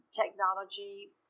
technology